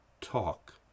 talk